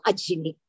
Ajini